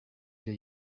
icyo